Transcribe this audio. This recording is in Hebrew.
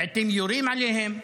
לעיתים יורים עליהם,